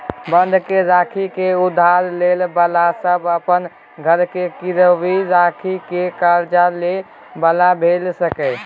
बंधक राखि के उधार ले बला सब अपन घर के गिरवी राखि के कर्जा ले बला भेय सकेए